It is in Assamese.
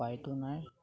উপায়টো নাই